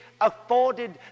afforded